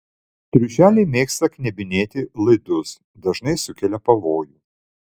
triušeliai mėgsta knebinėti laidus dažnai sukelia pavojų